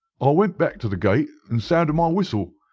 ah went back to the gate and sounded my whistle.